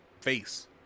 face